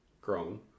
grown